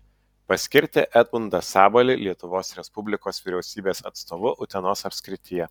paskirti edmundą sabalį lietuvos respublikos vyriausybės atstovu utenos apskrityje